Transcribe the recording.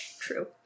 True